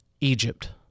Egypt